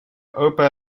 opa